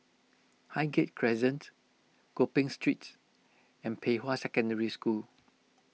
Highgate Crescent Gopeng Street and Pei Hwa Secondary School